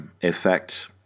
effect